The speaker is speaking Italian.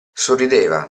sorrideva